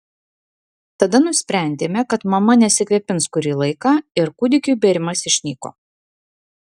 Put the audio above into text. tada nusprendėme kad mama nesikvėpins kurį laiką ir kūdikiui bėrimas išnyko